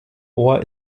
ohr